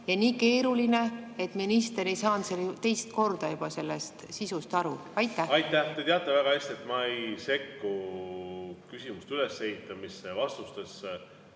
ja nii keeruline, et minister ei saanud juba teist korda selle sisust aru? Aitäh! Te teate väga hästi, et ma ei sekku küsimuste ülesehitamisse ja vastustesse,